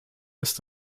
ist